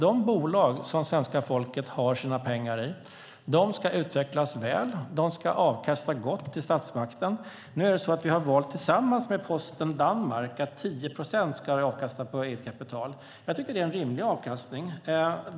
De bolag som svenska folket har sina pengar i ska utvecklas väl och avkasta gott till statsmakten. Vi har tillsammans med Post Danmark valt att 10 procent ska avkastas på eget kapital. Jag tycker att det är en rimlig avkastning.